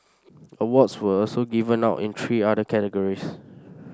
awards were also given out in three other categories